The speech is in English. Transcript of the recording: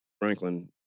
Franklin